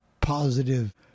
positive